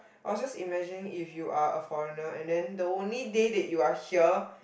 I was just imagining if you are a foreigner and then the only day that you are here